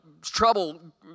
trouble